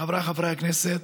חבריי חברי הכנסת,